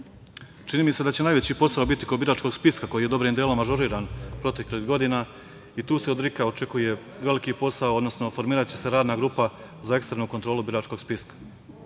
mi se da će najveći posao biti kod biračkog spiska, kojim je dobrim delo ažuriran proteklih godina. Tu se od RIK-a očekuje veliki posao, odnosno formiraće se radna grupa za eksternu kontrolu biračkog spiska.